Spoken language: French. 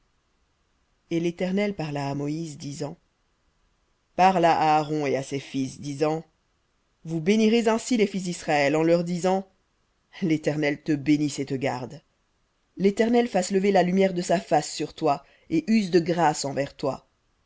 et l'éternel parla à moïse disant parle à aaron et à ses fils disant vous bénirez ainsi les fils d'israël en leur disant léternel te bénisse et te garde léternel fasse lever la lumière de sa face sur toi et use de grâce envers toi